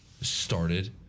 started